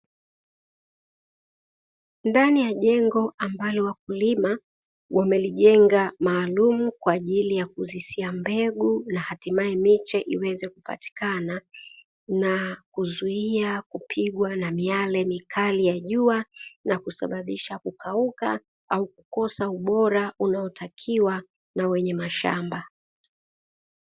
Ndani ya jengo ambalo wakulima wamelijenga maalumu kwa ajili ya kuzisia mbegu na hatimaye miche iweze kupatika na kuzuia kupigwa na miale mikali ya jua na kusababisha kukauka au kukosa ubora unaotakiwa na wenye mashamba.